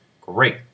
Great